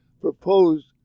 proposed